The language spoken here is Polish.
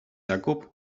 jakub